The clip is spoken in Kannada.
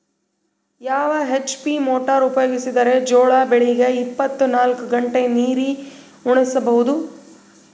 ಯಾವ ಎಚ್.ಪಿ ಮೊಟಾರ್ ಉಪಯೋಗಿಸಿದರ ಜೋಳ ಬೆಳಿಗ ಇಪ್ಪತ ನಾಲ್ಕು ಗಂಟೆ ನೀರಿ ಉಣಿಸ ಬಹುದು?